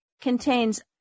contains